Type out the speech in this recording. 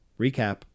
recap